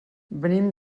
venim